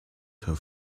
her